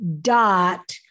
dot